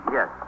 Yes